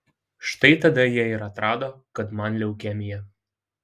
štai tada jie ir atrado kad man leukemija